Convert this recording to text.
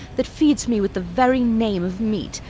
that feed'st me with the very name of meat.